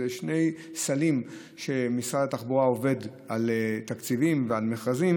שזה שני סלים שמשרד התחבורה עובד על תקציבים ועל מכרזים,